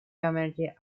community